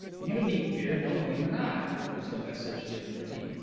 you need fear no human eye was the message given to me.